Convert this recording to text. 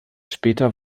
später